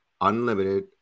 unlimited